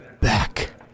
back